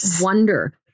wonder